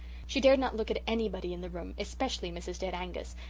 she dared not look at anybody in the room, especially mrs. dead angus,